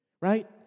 right